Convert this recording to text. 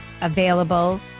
available